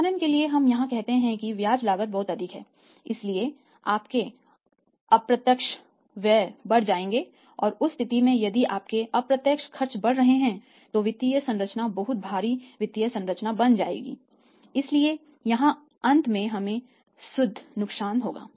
उदाहरण के लिए हम यहां कहते हैं कि ब्याज लागत बहुत अधिक है इसलिए आपके अप्रत्यक्ष व्यय बढ़ जाएंगे और उस स्थिति में यदि आपके अप्रत्यक्ष खर्च बढ़ रहे हैं तो वित्तीय संरचना बहुत भारी वित्तीय संरचना बन जाएगी इसलिए यहां अंत में हमें शुद्ध नुकसान होगा